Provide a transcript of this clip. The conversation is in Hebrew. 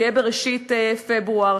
זה יהיה בראשית פברואר.